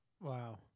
Wow